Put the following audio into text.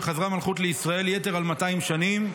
וחזרה מלכות לישראל יתר על מאתיים שנים,